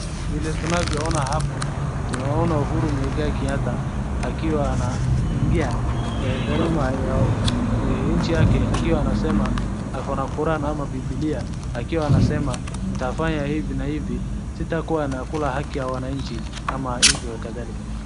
Vile tunavyoona hapo, tunaona Uhuru Mwigai Kenyatta akiwa anaingia dhaluma ya nchi yake akiwa anasema ako na koran ama bibilia akiwa anasema ntafanya hivi na hivi, sitakuwa nakula haki ya wananchi ama hivyo na kadhalika.